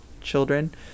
children